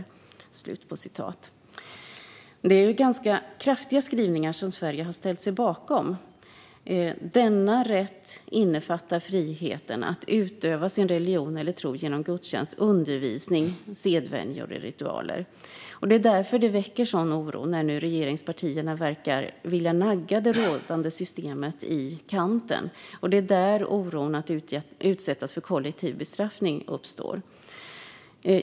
Det är ganska kraftiga skrivningar som Sverige har ställt sig bakom: Denna rätt innefattar friheten att utöva sin religion eller tro genom gudstjänst, undervisning, sedvänjor och ritualer. Det är därför det väcker sådan oro när regeringspartierna nu verkar vilja nagga det rådande systemet i kanten, och det är där oron för att utsättas för kollektiv bestraffning uppstår.